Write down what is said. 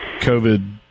COVID